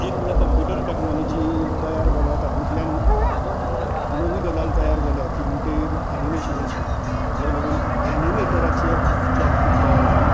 एक म्हळ्याक computer technology तयार जाल्या तातूंतल्यान नवी गजाल तयार जाल्या ती म्हण्टी एनिमेशनाची तेका लागून एनिमेटराचे जाॅब तयार जाल्यात